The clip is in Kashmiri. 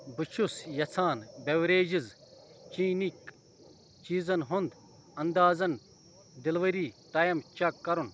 بہٕ چھُس یژھان بیٚوریجٕز چیٖنٕکۍ چیٖزَن ہُنٛد انٛدازَن ڈیٚلؤری ٹایم چیٚک کرُن